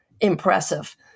Impressive